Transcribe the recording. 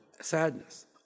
sadness